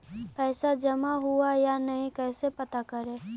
पैसा जमा हुआ या नही कैसे पता करे?